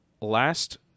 last